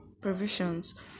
provisions